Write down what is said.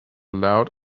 loud